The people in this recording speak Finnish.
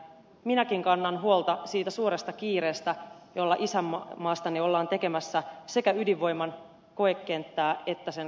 minäkin kannan huolta siitä suuresta kiireestä jolla isänmaastani ollaan tekemässä sekä ydinvoiman koekenttää että sen kaatopaikkaa